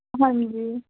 ਹਾਂਜੀ